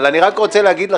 אבל אני רק רוצה להגיד לכם,